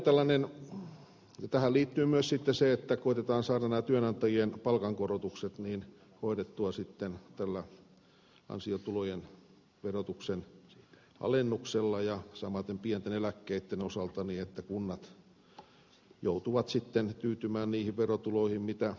tähän liittyy myös se että koetetaan saada työnantajien palkankorotukset hoidettua tällä ansiotulojen verotuksen alennuksella ja samaten pienten eläkkeitten osalta niin että kunnat joutuvat sitten tyytymään niihin verotuloihin mitä saavat